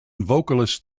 vocalist